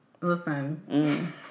listen